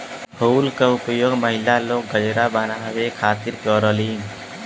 फूल के उपयोग महिला लोग गजरा बनावे खातिर करलीन